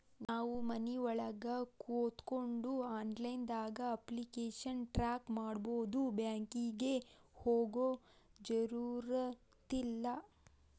ನಾವು ಮನಿಒಳಗ ಕೋತ್ಕೊಂಡು ಆನ್ಲೈದಾಗ ಅಪ್ಲಿಕೆಶನ್ ಟ್ರಾಕ್ ಮಾಡ್ಬೊದು ಬ್ಯಾಂಕಿಗೆ ಹೋಗೊ ಜರುರತಿಲ್ಲಾ